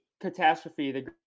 catastrophe